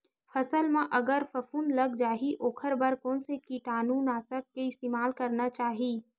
फसल म अगर फफूंद लग जा ही ओखर बर कोन से कीटानु नाशक के इस्तेमाल करना चाहि?